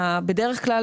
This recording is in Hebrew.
בדרך כלל,